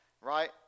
right